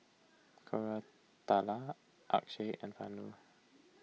Koratala Akshay and Vanu